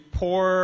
poor